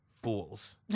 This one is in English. Fools